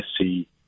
see